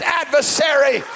adversary